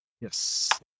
Yes